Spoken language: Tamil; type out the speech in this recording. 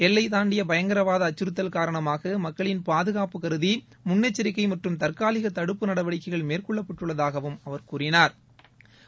எல்லைதாண்டிய பயங்கரவாத அச்கறத்தல் காரணமாக மக்களின் பாதுகாப்பு கருதி முன்னெச்சரிக்கை மற்றும் தற்காலிக தடுப்பு நடவடிக்கைகள் மேற்கொள்ளப்பட்டுள்ளதாகவும் அவர் கூறினாா்